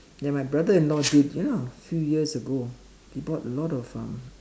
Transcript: ya my brother in law did you know a few years ago he bought a lot of um